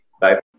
Bye